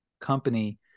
company